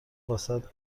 واست